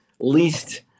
least